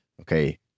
okay